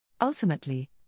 Ultimately